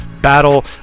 Battle